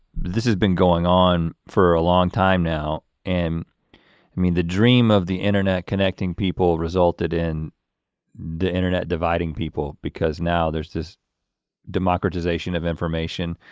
this has been going on for a long time now. i mean the dream of the internet connecting people resulted in the internet dividing people because now there's this democratization of information,